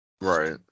Right